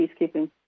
peacekeeping